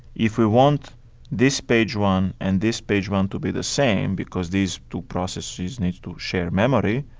if we want this page one and this page one to be the same, because these two processors need to share memory,